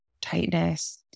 tightness